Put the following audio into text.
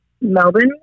Melbourne